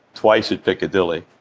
twice at piccadilly,